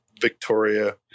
victoria